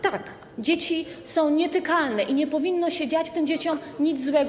Tak, dzieci są nietykalne i nie powinno się dziać tym dzieciom nic złego.